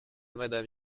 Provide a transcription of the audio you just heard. madame